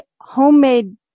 homemade